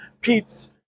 Pete's